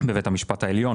בבית המשפט העליון,